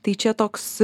tai čia toks